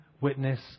witness